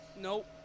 Nope